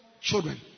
children